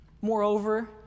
Moreover